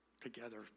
together